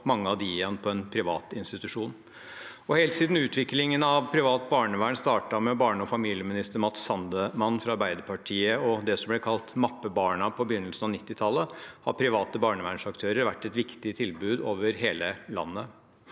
og mange av dem igjen på en privat institusjon. Helt siden utviklingen av privat barnevern startet med barne- og familieminister Matz Sandman fra Arbeiderpartiet, og det som ble kalt mappebarna på begynnelsen av 1990-tallet, har private barnevernsaktører vært et viktig tilbud over hele landet.